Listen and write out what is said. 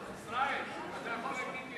ישראל, אתה יכול להגיד לי